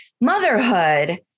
motherhood